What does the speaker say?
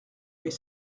mais